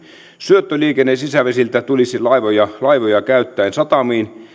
syöttöliikenne sisävesiltä tulisi laivoja laivoja käyttäen